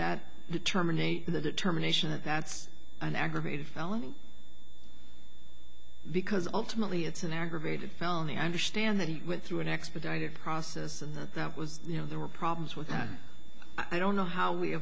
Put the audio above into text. that determinate the determination that that's an aggravated felony because ultimately it's an aggravated felony i understand that he went through an expedited process and that that was you know there were problems with that i don't know how we